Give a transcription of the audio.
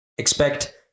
Expect